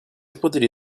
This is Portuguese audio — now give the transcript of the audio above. poderia